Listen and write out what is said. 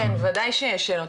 כן ודאי שיש שאלות.